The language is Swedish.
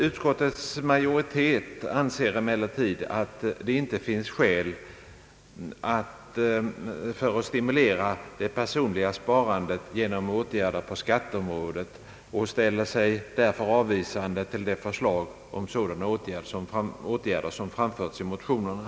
Utskottets majoritet anser emellertid att det inte finns skäl att stimulera det personliga sparandet genom åtgärder på skatteområdet och ställer sig därför avvisande till det förslag om sådana åtgärder som framförts i motionerna.